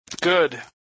Good